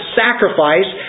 sacrifice